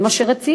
זה מה שרצינו,